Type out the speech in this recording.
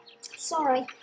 Sorry